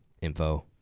info